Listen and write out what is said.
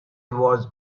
was